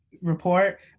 report